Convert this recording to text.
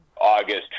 August